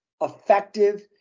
effective